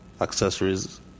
accessories